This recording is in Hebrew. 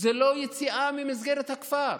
זה לא יציאה ממסגרת הכפר.